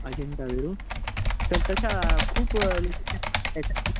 Ajanta Verul sir तशा खूप